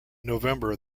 november